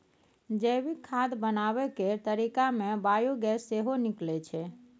जैविक खाद बनाबै केर तरीका मे बायोगैस सेहो निकलै छै